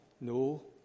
No